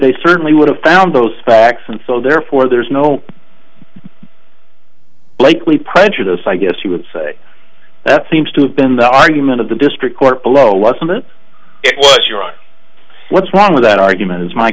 they certainly would have found those facts and so therefore there is no likely prejudice i guess you would say that seems to bend the argument of the district court below what it was your own what's wrong with that argument is my